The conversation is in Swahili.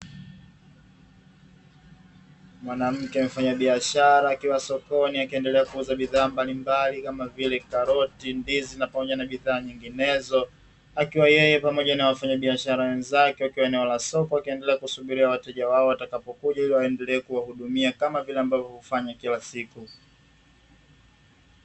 Mwanamke mfanyabiashara akiwa sokoni akiendelea kuuza bidhaa mbalimbali kama vile karoti, ndizi na pamoja na bidhaa nyinginezo, akiwa yeye pamoja na wafanyabiashara wenzake wakiwa eneo la soko wakiendelea kusubiria wateja wao watakapokuja, ili waendelee kuwahudumia kama vile ambavyo hufanya kila siku.